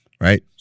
Right